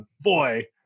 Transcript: boy